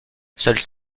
seuls